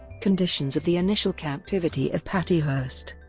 conditions of the initial captivity of patty hearst